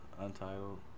Untitled